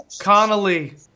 Connolly